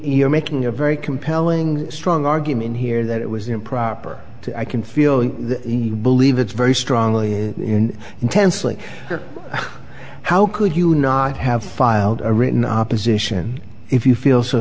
you're making a very compelling strong argument here that it was improper to i can feel the believe it's very strongly in intensely how could you not have filed a written opposition if you feel so